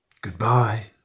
Goodbye